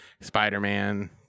spider-man